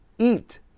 eat